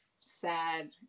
sad